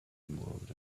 moved